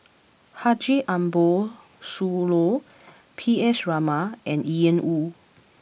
Haji Ambo Sooloh P S Raman and Ian Woo